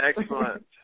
Excellent